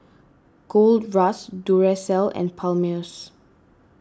Gold Roast Duracell and Palmer's